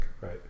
right